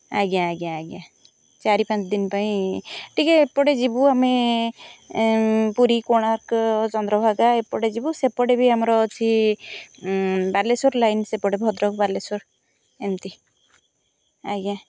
ଆଜ୍ଞା ଆଜ୍ଞା ଆଜ୍ଞା ଚାରି ପାଞ୍ଚ ଦିନ ପାଇଁ ଟିକିଏ ଏପଟେ ଯିବୁ ଆମେ ପୁରୀ କୋଣାର୍କ ଚନ୍ଦ୍ରଭାଗା ଏପଟେ ଯିବୁ ସେପଟେ ବି ଆମର ଅଛି ବାଲେଶ୍ଵର ଲାଇନ୍ ସେପଟେ ଭଦ୍ରକ ବାଲେଶ୍ୱର ଏମିତି ଆଜ୍ଞା